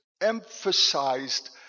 emphasized